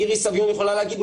מירי סביון יכולה להגיד,